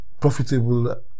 profitable